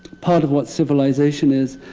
part of what civilization is.